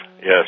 yes